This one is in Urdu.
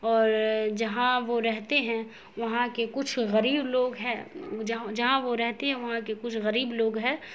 اور جہاں وہ رہتے ہیں وہاں کے کچھ غریب لوگ ہیں جہاں وہ رہتے ہیں وہاں کے کچھ غریب لوگ ہے